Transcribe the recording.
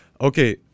Okay